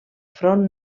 front